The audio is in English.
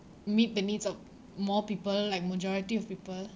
meet the needs of more people like majority of people